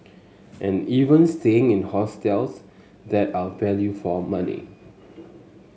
and even staying in hostels that are value for money